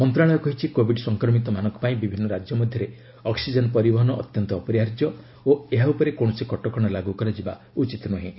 ମନ୍ତ୍ରଶାଳୟ କହିଛି କୋବିଡ୍ ସଂକ୍ରମିତମାନଙ୍କ ପାଇଁ ବିଭିନ୍ନ ରାଜ୍ୟ ମଧ୍ୟରେ ଅକ୍ୱିଜେନ୍ ପରିବହନ ଅତ୍ୟନ୍ତ ଅପରିହାର୍ଯ୍ୟ ଓ ଏହା ଉପରେ କୌଣସି କଟକଣା ଲାଗୁ କରାଯିବା ଉଚିତ ନୁହେଁ